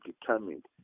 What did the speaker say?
determined